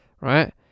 right